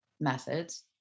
methods